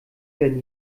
werden